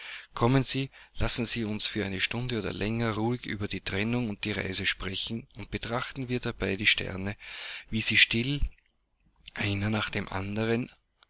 kommen sie lassen sie uns für eine stunde oder länger ruhig über die trennung und die reise sprechen und betrachten wir dabei die sterne wie sie still einer nach dem andern